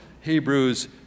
Hebrews